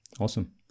Awesome